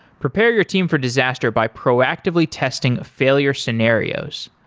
prepare your team for disaster by proactively testing failure scenarios.